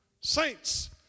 Saints